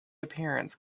appearance